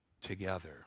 together